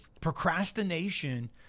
procrastination